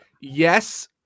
yes